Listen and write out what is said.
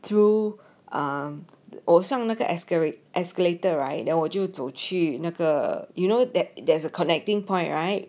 through um 我上那个 escal~ escalator right then 我就走去那个 you know that there is a connecting point right